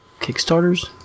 Kickstarters